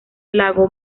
lago